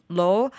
law